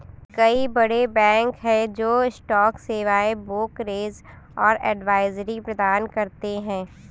कई बड़े बैंक हैं जो स्टॉक सेवाएं, ब्रोकरेज और एडवाइजरी प्रदान करते हैं